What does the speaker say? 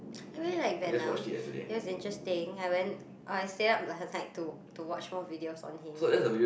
I really like venom it was interesting I went I stayed up last night to to watch more videos on him and